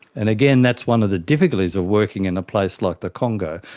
and again, that's one of the difficulties of working in a place like the congo,